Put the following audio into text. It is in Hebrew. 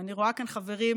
ואני רואה כאן חברים,